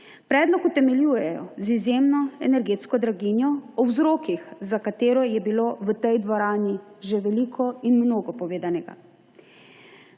Predlog utemeljujejo z izjemno energetsko draginjo, o vzrokih za katero je bilo v tej dvorani že veliko in mnogo povedanega.